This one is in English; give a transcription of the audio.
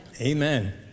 Amen